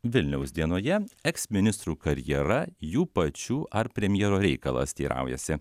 vilniaus dienoje eksministrų karjera jų pačių ar premjero reikalas teiraujasi